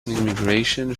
immigration